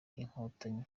inkotanyi